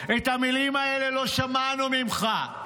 את המילים האלה לא שמענו ממך.